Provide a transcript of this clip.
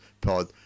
pod